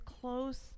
close